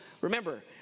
remember